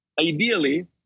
ideally